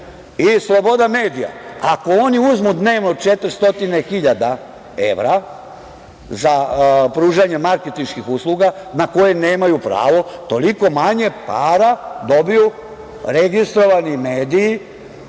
i sloboda medija. Ako oni uzmu dnevno 400 hiljada evra za pružanje marketinških usluga, na koje nemaju pravo, toliko manje para dobiju registrovani mediji